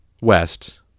West